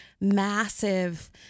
massive